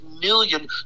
million